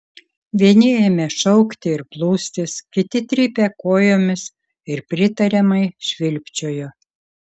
vieni ėmė šaukti ir plūstis kiti trypė kojomis ir pritariamai švilpčiojo